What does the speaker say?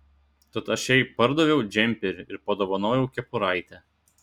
tad aš jai pardaviau džemperį ir padovanojau kepuraitę